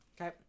Okay